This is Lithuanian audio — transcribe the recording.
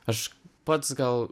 aš pats gal